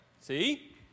See